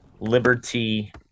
Liberty